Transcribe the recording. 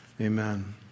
Amen